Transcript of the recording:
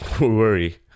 worry